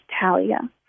Talia